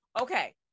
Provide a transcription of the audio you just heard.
Okay